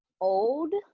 old